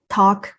talk